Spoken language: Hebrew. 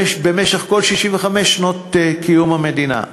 במשך כל 65 שנות קיום המדינה.